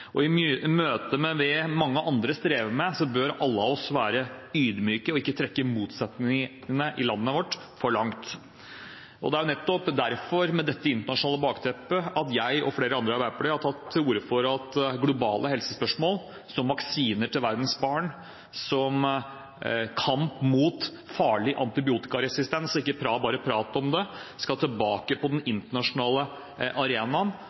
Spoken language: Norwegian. beste helsetjenester. I møte med det mange andre strever med, bør vi alle være ydmyke og ikke trekke motsetningene i landet vårt for langt. Det er nettopp mot dette internasjonale bakteppet at jeg og flere andre i Arbeiderpartiet har tatt til orde for at globale helsespørsmål, som vaksiner til verdens barn og kamp mot farlig antibiotikaresistens – ikke bare prat om det – skal tilbake på den internasjonale arenaen